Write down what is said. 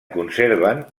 conserven